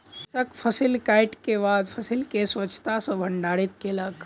कृषक फसिल कटै के बाद फसिल के स्वच्छता सॅ भंडारित कयलक